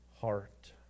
heart